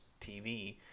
TV